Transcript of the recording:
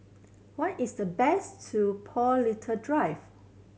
what is the base to Paul Little Drive